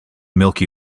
milky